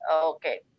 Okay